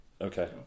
Okay